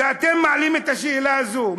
כשאתם מעלים את השאלה הזו,